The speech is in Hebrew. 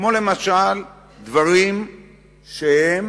כמו למשל, דברים שהם